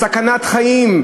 בסכנת חיים,